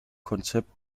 konzept